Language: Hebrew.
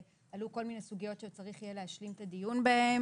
עלו כל מיני סוגיות שצריך יהיה להשלים את הדיון בהן,